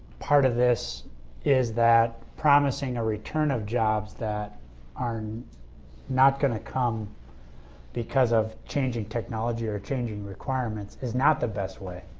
part of this is that promising a return of jobs that are not going to come because of changing technology or changing requirements is not the best way